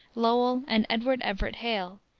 lowell, and edward everett hale,